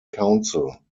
council